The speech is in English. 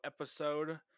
episode